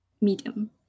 medium